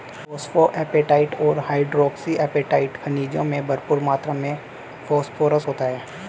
phosphoapatite और hydroxyapatite खनिजों में भरपूर मात्र में फोस्फोरस होता है